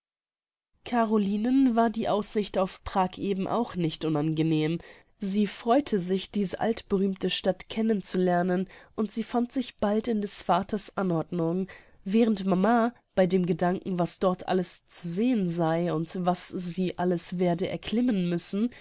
carolinen war die aussicht auf prag eben auch nicht unangenehm sie freute sich diese altberühmte stadt kennen zu lernen und sie fand sich bald in des vaters anordnung während mama bei dem gedanken was dort alles zu sehen sei und was sie alles werde erklimmen müssen